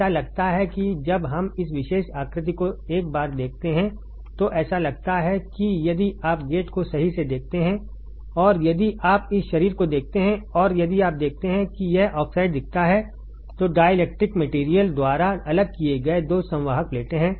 ऐसा लगता है कि जब हम इस विशेष आकृति को एक बार देखते हैं तो ऐसा लगता है कि यदि आप गेट को सही से देखते हैं और यदि आप इस शरीर को देखते हैं और यदि आप देखते हैं कि यह ऑक्साइड दिखता है तो डाईलेक्ट्रिक् मटेरियल द्वारा अलग किए गए 2 संवाहक प्लेटें हैं